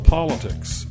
Politics